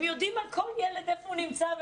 הם יודעים על כל ילד איפה הוא נמצא.